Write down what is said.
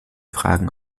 fragen